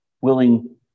willing